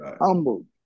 Humble